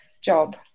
job